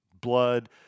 Blood